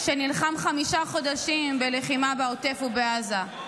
שנלחם חמישה חודשים בלחימה בעוטף ובעזה.